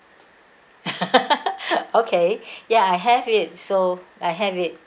okay ya I have it so I have it